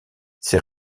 ces